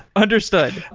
understood.